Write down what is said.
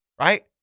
Right